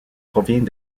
provient